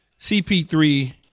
CP3